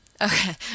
okay